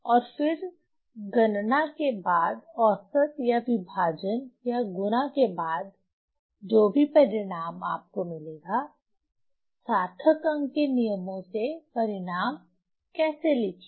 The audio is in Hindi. और फिर गणना के बाद औसत या विभाजन या गुणा के बाद जो भी परिणाम आपको मिलेगा सार्थक अंक के नियमों से परिणाम कैसे लिखें